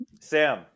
Sam